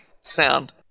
sound